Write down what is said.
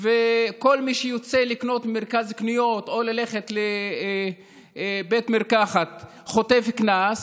וכל מי שיוצא לקנות במרכז קניות או ללכת לבית מרקחת חוטף קנס,